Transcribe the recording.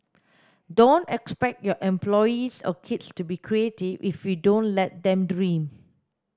don't expect your employees or kids to be creative if you don't let them dream